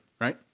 Right